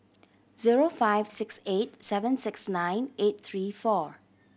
zero five six eight seven six nine eight three four